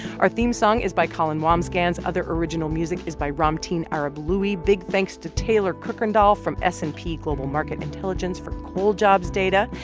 our theme song is by colin wambsgans. other original music is by ramtin ah arablouei big thanks to taylor kuykendall from s and p global market intelligence for coal jobs data.